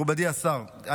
מכובדי השר,